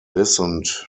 listened